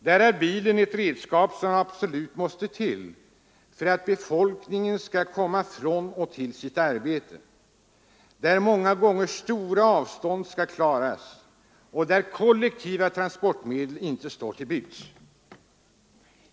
Där är bilen ett redskap som absolut måste till för att befolkningen skall komma från och till sitt arbete; många gånger är det stora avstånd som skall klaras, och kollektiva transportmedel står inte till buds.